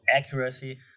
accuracy